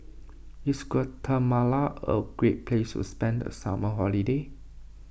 is Guatemala a great place to spend the summer holiday